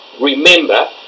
remember